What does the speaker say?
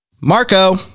Marco